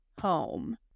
home